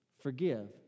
forgive